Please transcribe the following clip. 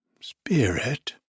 Spirit